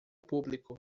público